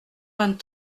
vingt